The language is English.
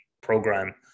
program